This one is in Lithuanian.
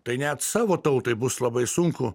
tai net savo tautai bus labai sunku